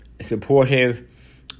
supportive